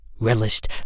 Relished